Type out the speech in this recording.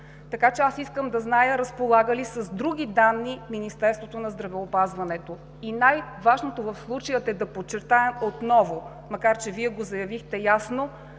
Така че аз искам да зная разполага ли с други данни Министерството на здравеопазването и най-важното в случая е да подчертаем отново, макар че Вие го заявихте ясно,